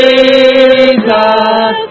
Jesus